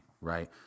right